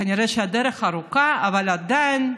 כנראה שהדרך ארוכה, אבל עדיין,